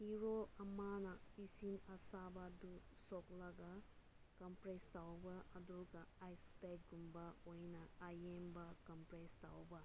ꯐꯤꯔꯣꯜ ꯑꯃꯅ ꯏꯁꯤꯡ ꯑꯁꯥꯕꯗꯨ ꯁꯣꯛꯂꯒ ꯀꯝꯄ꯭ꯔꯦꯁ ꯇꯧꯕ ꯑꯗꯨꯒ ꯑꯥꯏꯁ ꯄꯦꯛꯀꯨꯝꯕ ꯑꯣꯏꯅ ꯑꯏꯪꯕ ꯀꯝꯄ꯭ꯔꯦꯁ ꯇꯧꯕ